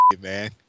man